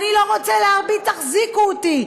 אני לא רוצה להרביץ, תחזיקו אותי.